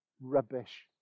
Rubbish